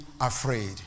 afraid